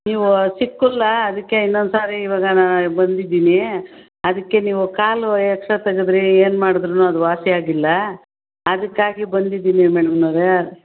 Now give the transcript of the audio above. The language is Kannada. ನೀವು ಸಿಕ್ಕಲ್ಲ ಅದಕ್ಕೆ ಇನ್ನೊಂದ್ಸಾರಿ ಈವಾಗ ನಾನು ಬಂದಿದ್ದೀನಿ ಅದಕ್ಕೆ ನೀವು ಕಾಲು ಎಕ್ಸ್ರೇ ತೆಗೆದ್ರಿ ಏನ್ಮಾಡುದ್ರೂ ಅದು ವಾಸಿ ಆಗಿಲ್ಲ ಅದಕ್ಕಾಗಿ ಬಂದಿದ್ದೀನಿ ಮೇಡಮ್ನವ್ರೆ